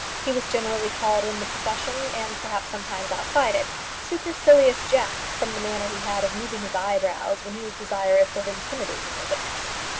he was generally called in the profession and perhaps sometimes outside it supercilious jack, from the manner he had of moving his eyebrows when he was desirous of intimidating a witness.